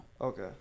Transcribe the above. Okay